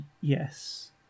Yes